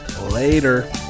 Later